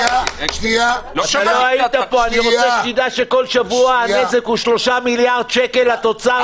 כשלא היית פה אמרתי שכל שבוע הנזק הוא 3 מיליארד שקל לתוצר.